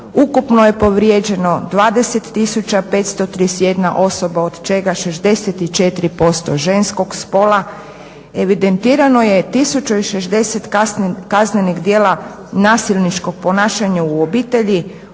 ukupno je povrijeđeno 20 531 osoba od čega 64% ženskog spola. Evidentirano je 1060 kaznenih djela nasilničkog ponašanja u obitelji,